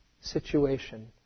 situation